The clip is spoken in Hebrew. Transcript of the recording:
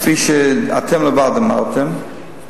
כפי שאתם לבד אמרתם,